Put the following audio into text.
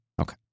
okay